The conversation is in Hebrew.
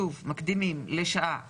שוב, מקדימים לשעה 13:00,